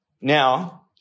Now